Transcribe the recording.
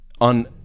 on